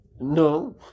No